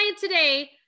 today